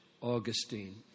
Augustine